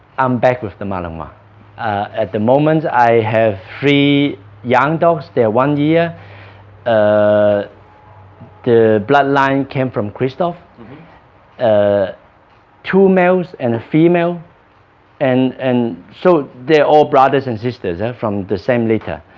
i'm back with the malinois ah at the moment i have three young dogs, they're one year ah the bloodline came from christoph ah two males and a female and and so they're all brothers and sisters from the same litter.